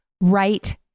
right